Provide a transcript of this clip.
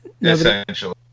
Essentially